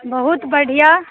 बहुत बढ़िऑं